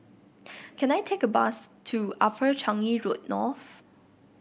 can I take a bus to Upper Changi Road North